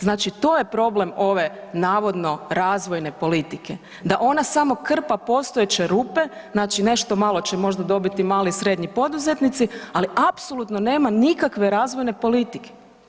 Znači to je problem ove navodno razvojne politike, da ona samo krpa postojeće rupe, znači nešto malo će možda dobiti mali i srednji poduzetnici, ali apsolutno nema nikakve razvojne politike.